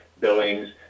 Billings